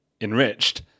enriched